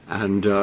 and,